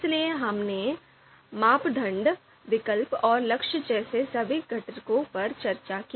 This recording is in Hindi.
इसलिए हमने मापदंड विकल्प और लक्ष्य जैसे सभी घटकों पर चर्चा की